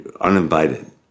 uninvited